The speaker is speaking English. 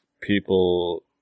people